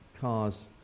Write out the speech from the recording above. cars